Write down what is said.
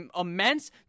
immense